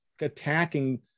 attacking